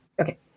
okay